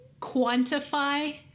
quantify